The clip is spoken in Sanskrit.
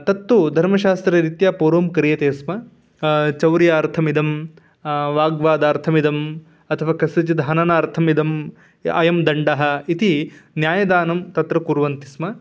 तत्तु धर्मशास्त्ररीत्या पूर्वं क्रियते स्म चौर्यार्थम् इदं वाग्वादार्थम् इदम् अथवा कस्यचिद् हननार्थम् इदम् अयं दण्डः इति न्यायदानं तत्र कुर्वन्ति स्म